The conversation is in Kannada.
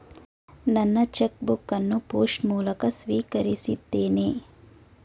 ನನ್ನ ಚೆಕ್ ಬುಕ್ ಅನ್ನು ಪೋಸ್ಟ್ ಮೂಲಕ ಸ್ವೀಕರಿಸಿದ್ದೇನೆ